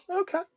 Okay